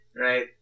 right